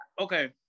Okay